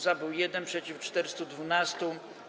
Za był 1, przeciw - 412.